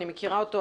אני מכירה אותו,